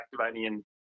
activating